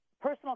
personal